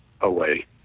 away